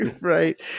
right